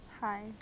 Hi